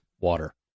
water